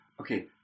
okay